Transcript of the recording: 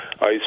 ice